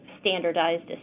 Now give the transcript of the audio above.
standardized